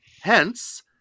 Hence